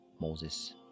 Moses